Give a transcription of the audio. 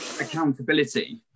accountability